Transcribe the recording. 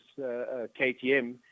KTM